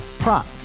Prop